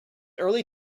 early